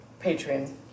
Patreon